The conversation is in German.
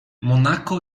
monaco